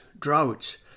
droughts